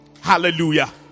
Hallelujah